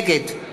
נגד